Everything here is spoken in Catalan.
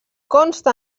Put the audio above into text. consta